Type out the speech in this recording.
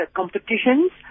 competitions